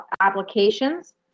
applications